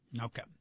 Okay